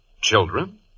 children